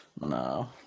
No